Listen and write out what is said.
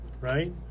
right